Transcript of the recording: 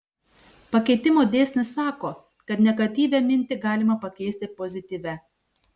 pakeitimo dėsnis sako kad negatyvią mintį galima pakeisti pozityvia